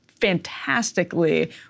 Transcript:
fantastically